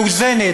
מאוזנת,